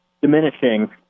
diminishing